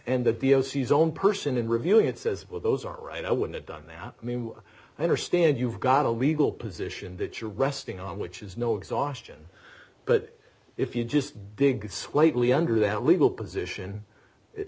and that the ses own person in reviewing it says well those are right i want it done now i mean i understand you've got a legal position that you're resting on which is no exhaustion but if you just dig slightly under that legal position i